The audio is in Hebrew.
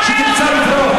נא להוציא אותו.